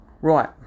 Right